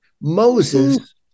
Moses